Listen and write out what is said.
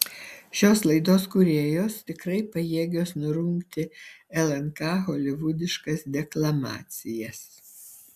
šios laidos kūrėjos tikrai pajėgios nurungti lnk holivudiškas deklamacijas